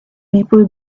people